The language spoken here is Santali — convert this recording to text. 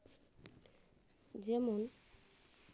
ᱡᱮᱢᱚᱱ